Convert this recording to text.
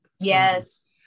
Yes